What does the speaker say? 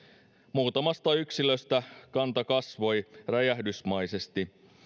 muutamasta yksilöstä kanta kasvoi räjähdysmäisesti